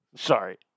Sorry